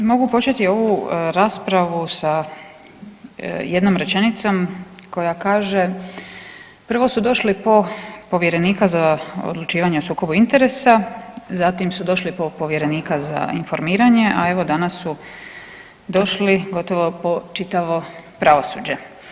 Mogu početi ovu raspravu sa jednom rečenicom koja kaže, prvo su došli po povjerenika za odlučivanje o sukobu interesa, zatim su došli po povjerenika za informiranje, a evo, danas su došli gotovo po čitavo pravosuđe.